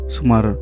Sumar